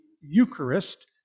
Eucharist